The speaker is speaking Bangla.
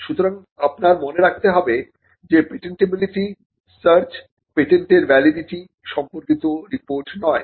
সুতরাং আপনার মনে রাখতে হবে যে পেটেন্টিবিলিটি সার্চ পেটেন্টের ভ্যালিডিটি সম্পর্কিত রিপোর্ট নয়